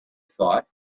thought